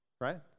Right